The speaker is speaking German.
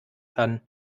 kann